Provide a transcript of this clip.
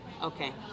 okay